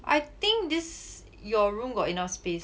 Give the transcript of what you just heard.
I think this your room got enough space